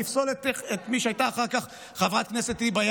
לפסול את מי שהייתה אחר כך חברת הכנסת,